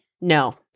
No